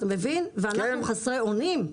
ואנחנו חסרי אונים.